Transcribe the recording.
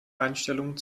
einstellung